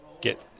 get